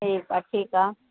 ठीकु आहे ठीकु आहे